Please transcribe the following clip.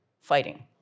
fighting